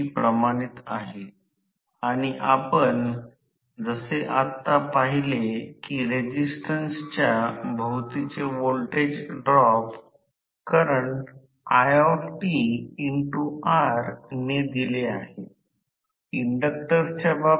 तर शिडी चुंबकीय क्षेत्राच्या वेगाने प्रेरित व्होल्टेज E विद्युत प्रवाह I आणि शक्ती सर्व 0 असेल कारण संबंधित वेग 0 असेल